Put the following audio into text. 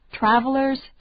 traveler's